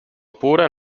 pura